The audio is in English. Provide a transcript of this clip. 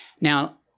Now